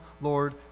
Lord